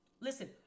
Listen